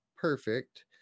perfect